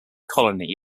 colony